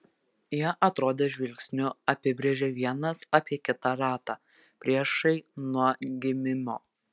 jie atrodė žvilgsniu apibrėžią vienas apie kitą ratą priešai nuo gimimo